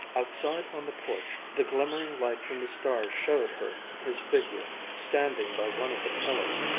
outside on the porch, the glimmering light from the stars showed her his figure, standing by one of the pillars,